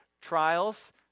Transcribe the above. Trials